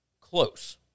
close